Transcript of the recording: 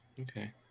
okay